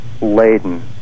laden